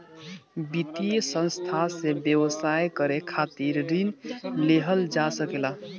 वित्तीय संस्था से व्यवसाय करे खातिर ऋण लेहल जा सकेला